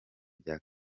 bya